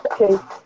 okay